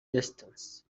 distance